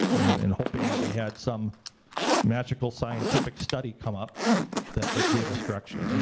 and and hoping that we had some magical scientific study come up that that gave us direction, and